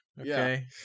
Okay